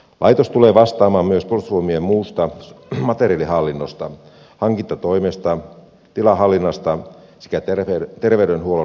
laitos tulee vastaamaan myös puolustusvoimien muusta materiaalihallinnosta hankintatoimesta tilahallinnasta sekä terveydenhuollon järjestämisestä